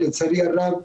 לצערי הרב,